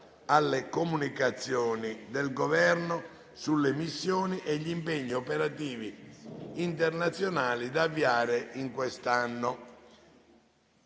**Comunicazioni del Governo sulle missioni e gli impegni operativi internazionali da avviare nel